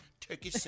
Turkey